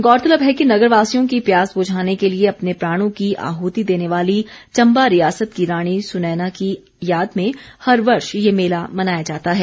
गौरतलब है कि नगर वासियों की प्यास बुझाने के लिए अपने प्राणों की आहूति देने वाली चम्बा रियासत की रानी सुनयना की याद में हर वर्ष ये मेला मनाया जाता है